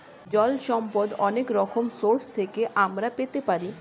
জল সম্পদ অনেক রকম সোর্স থেকে আমরা পেতে পারি